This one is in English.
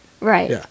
Right